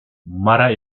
mara